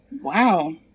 Wow